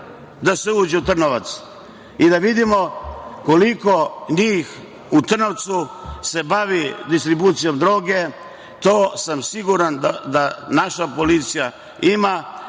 da se uđe u Trnovac i da vidimo koliko njih u Trnovcu se bavi distribucijom droge. Siguran sam da to naša policija ima